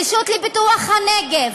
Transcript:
הרשות לפיתוח הנגב,